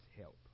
help